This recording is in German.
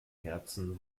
herzen